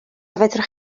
fedrwch